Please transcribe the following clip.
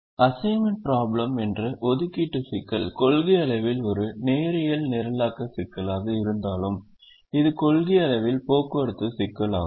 assignment problem என்ற ஒதுக்கீட்டு சிக்கல் கொள்கையளவில் ஒரு நேரியல் நிரலாக்க சிக்கலாக இருந்தாலும் இது கொள்கையளவில் போக்குவரத்து சிக்கலாகும்